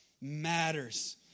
matters